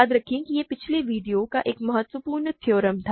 याद रखें कि यह पिछले वीडियो का एक महत्वपूर्ण थ्योरम था